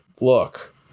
look